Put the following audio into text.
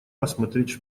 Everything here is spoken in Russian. посмотреть